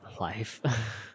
Life